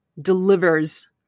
delivers